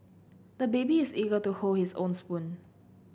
the baby is eager to hold his own spoon